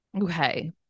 Okay